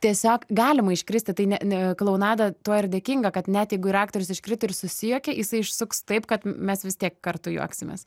tiesiog galima iškristi tai ne ne klounada tuo ir dėkinga kad net jeigu ir aktorius iškrito ir susijuokė jisai išsuks taip kad mes vis tiek kartu juoksimės